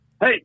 Hey